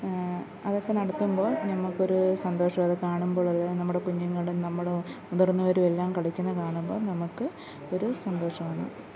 അതൊക്കെ നടത്തുമ്പോള് ഞമ്മക്കൊരു സന്തോഷവത് കാണുമ്പോഴുള്ള നമ്മുടെ കുഞ്ഞുങ്ങളും നമ്മളും മുതിര്ന്നവരുമെല്ലാം കളിക്കുന്ന കാണുമ്പം നമുക്ക് ഒരു സന്തോഷമാണ്